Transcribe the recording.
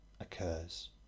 occurs